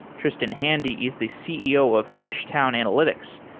tristan handy is the ceo of fishtown analytics,